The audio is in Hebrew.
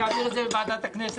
להעביר את זה לוועדת הכנסת.